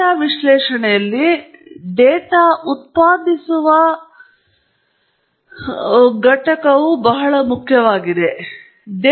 data ವಿಶ್ಲೇಷಣೆಯಲ್ಲಿ data ಉತ್ಪಾದಿಸುವ ಪ್ರಕ್ರಿಯೆಯು ಬಹಳ ಮುಖ್ಯವಾದ ಘಟಕವಾಗಿದೆ